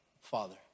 Father